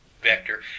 vector